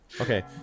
Okay